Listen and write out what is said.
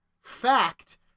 fact